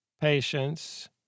patience